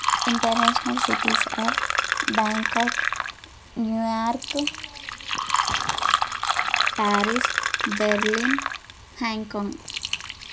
international cities are Bangkok New York Paris Berlin Hong Kong